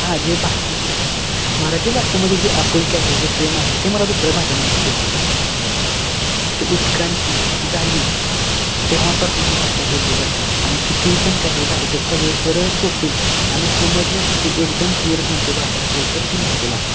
हां जे भाषेचं ज्या मराठी भाषेमध्ये जे आपुलकी आहे जे प्रेम आहे ते मला दुसऱ्या भाषेमध्ये दिसत नाही ह्याची उत्क्रांती झाली तेव्हापासून ही भाषा बोलली जाते आणि कितीही पण काही झाले तर सगळे सरळ सोपी आणि समजण्यासाठी एकदम क्लिअर कोणती भाषा असेल तर ती मराठी भाषा